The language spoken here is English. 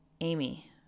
Amy